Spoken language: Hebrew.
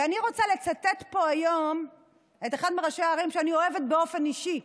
ואני רוצה לצטט פה היום את אחד מראשי הערים שאני אוהבת באופן אישי,